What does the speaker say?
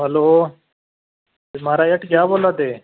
hello माराज हट्टिया दा बोल्ला दे